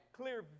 Clear